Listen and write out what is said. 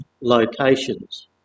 locations